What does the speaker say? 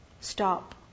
stop